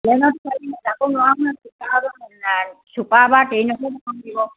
প্লেনত যাব নোৱাৰোঁ নহয় ছুপাৰ বা ট্ৰেইনতহে যাব লাগিব